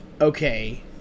okay